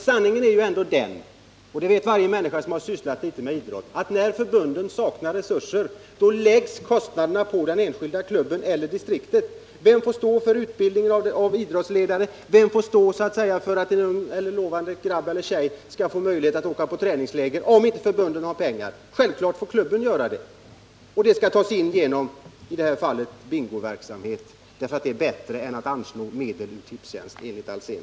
Sanningen är ändå den, och det vet var och en som sysslat litet med idrott, att när förbunden saknar resurser faller kostnaderna på den enskilda klubben eller på distriktet. Vem får stå för utbildning av idrottsledare och för att en lovande flicka eller pojke skall få åka på ett träningsläger, om inte förbundet har pengar? Självfallet får klubben göra det, och medlen härför får då tas in genom bingoverksamhet, eftersom det enligt Hans Alsén är bättre än att det anslås medel från Tipstjänsts verksamhet.